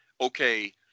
okay